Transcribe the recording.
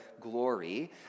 glory